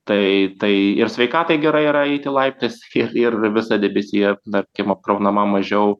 tai tai ir sveikatai gerai yra eiti laiptais ir ir visa debesija tarkim apkraunama mažiau